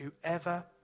whoever